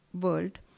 world